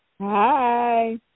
Hi